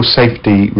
safety